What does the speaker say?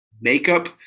makeup